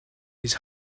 his